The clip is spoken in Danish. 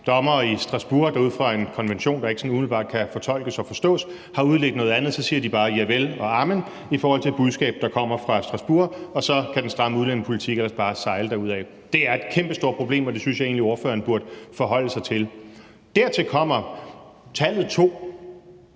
dommere i Strasbourg, der ud fra en konvention, der ikke sådan umiddelbart kan fortolkes og forstås, har udledt noget andet, så siger de bare javel og amen i forhold til et budskab, der kommer fra Strasbourg, og så kan den stramme udlændingepolitik ellers bare sejle derudad. Det er et kæmpestort problem, og det synes jeg egentlig at ordføreren burde forholde sig til. Dertil kommer tallet 2,